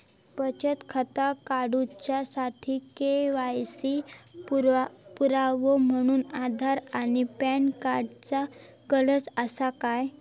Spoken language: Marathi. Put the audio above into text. बचत खाता काडुच्या साठी के.वाय.सी पुरावो म्हणून आधार आणि पॅन कार्ड चा गरज आसा काय?